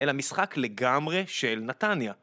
אל המשחק לגמרי של נתניה.